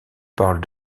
parle